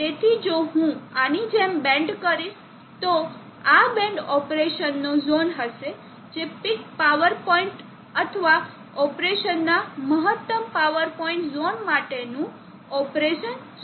તેથી જો હું આની જેમ બેન્ડ દોરીશ તો આ બેન્ડ ઓપરેશનનો ઝોન હશે જે પીક પાવર પોઇન્ટ અથવા ઓપરેશનના મહત્તમ પાવર પોઇન્ટ ઝોન માટેનું ઓપરેશન ઝોન હશે